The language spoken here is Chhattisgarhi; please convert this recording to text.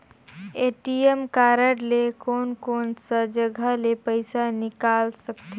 ए.टी.एम कारड ले कोन कोन सा जगह ले पइसा निकाल सकथे?